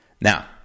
Now